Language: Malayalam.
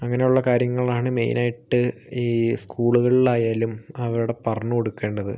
അങ്ങനെ ഉള്ള കാര്യങ്ങൾ ആണ് മെയിനായിട്ട് ഈ സ്കൂളുകളിലായാലും അവരവിടെ പറഞ്ഞു കൊടുക്കേണ്ടത്